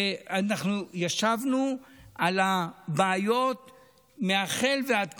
ואנחנו ישבנו על הבעיות מהחל ועד כלה.